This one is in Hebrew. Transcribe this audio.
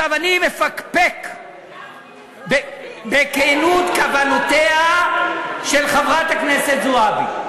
אני מפקפק בכנות כוונותיה של חברת הכנסת זועבי.